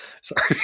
sorry